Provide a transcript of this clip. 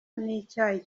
n’icyayi